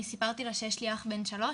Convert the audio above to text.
סיפרתי לה שיש לי אח בן שלוש,